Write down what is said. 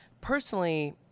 personally